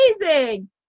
amazing